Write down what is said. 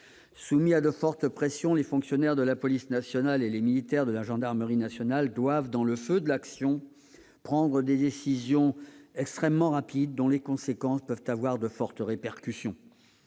Soumis à de fortes pressions, les fonctionnaires de la police nationale et les militaires de la gendarmerie nationale doivent, dans le feu de l'action, prendre des décisions extrêmement rapides dont les conséquences peuvent avoir de fortes répercussions.